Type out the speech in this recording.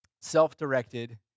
self-directed